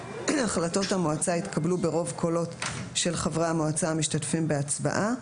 החלטות המועצה יתקבלו ברוב קולות של חברי המועצה המשתתפים בהצבעה,